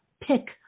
pick